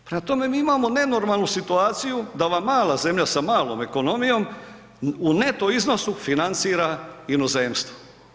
Prema tome, mi imamo nenormalnu situaciju da vam mala zemlja sa malom ekonomijom u neto iznosu financira inozemstvo.